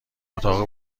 اتاق